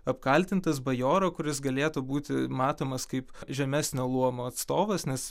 apkaltintas bajoro kuris galėtų būti matomas kaip žemesnio luomo atstovas nes